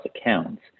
accounts